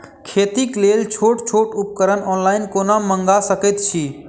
खेतीक लेल छोट छोट उपकरण ऑनलाइन कोना मंगा सकैत छी?